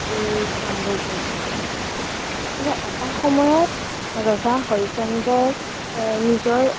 এই কামবোৰ কৰিছিল কিন্তু এটা সময়ত ৰজা হৰিশ্চন্দ্ৰই নিজৰ